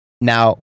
Now